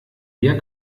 mehr